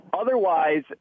otherwise